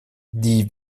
die